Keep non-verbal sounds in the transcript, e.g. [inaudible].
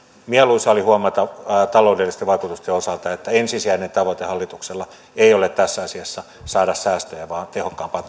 mieluisaa oli huomata taloudellisten vaikutusten osalta että ensisijainen tavoite hallituksella ei ole tässä asiassa saada säästöjä vaan tehokkaampaa [unintelligible]